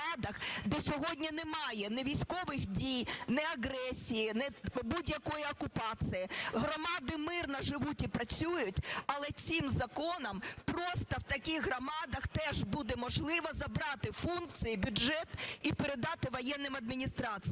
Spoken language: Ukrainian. де сьогодні немає ні військових дій, ні агресії, ні будь-якої окупації, громади мирно живуть і працюють, але цим законом просто в таких громадах теж буде можливо забрити функції, бюджет і передати воєнним адміністраціям.